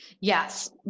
Yes